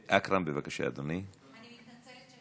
חבר הכנסת אכרם חסון, בבקשה.